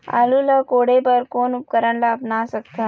आलू ला कोड़े बर कोन उपकरण ला अपना सकथन?